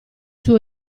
suo